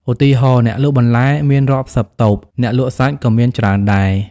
ឧទាហរណ៍ អ្នកលក់បន្លែមានរាប់សិបតូប អ្នកលក់សាច់ក៏មានច្រើនដែរ។